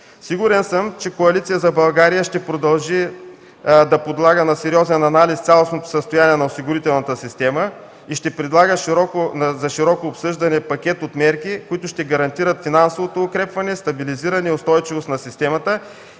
Сигурен съм, че Коалиция за България ще продължи да подлага на сериозен анализ цялостното състояние на осигурителната система и ще предложи за широко обсъждане пакет от мерки, които ще гарантират финансовото укрепване, стабилизиране и устойчивост на системата